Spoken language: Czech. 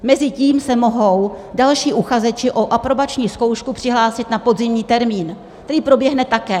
Mezitím se mohou další uchazeči o aprobační zkoušku přihlásit na podzimní termín, který proběhne také.